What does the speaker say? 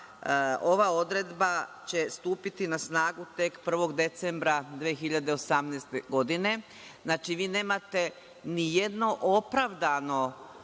ova odredba stupiti na snagu tek 1. decembra 2018. godine. Znači, vi nemate ni jedno opravdano,